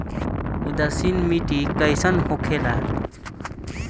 उदासीन मिट्टी कईसन होखेला?